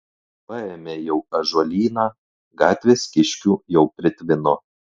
paėmė jau ąžuolyną gatvės kiškių jau pritvino